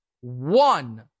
one